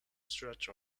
stretch